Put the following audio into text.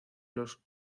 los